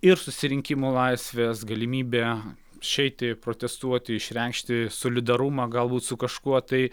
ir susirinkimo laisvės galimybė išeiti protestuoti išreikšti solidarumą galbūt su kažkuo tai